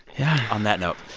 yeah. on that note,